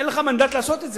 אין לך מנדט לעשות את זה,